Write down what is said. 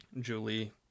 Julie